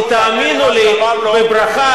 גברתי,